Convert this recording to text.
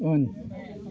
उन